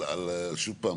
שוב פעם,